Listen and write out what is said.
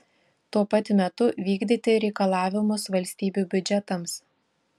tuo pat metu vykdyti reikalavimus valstybių biudžetams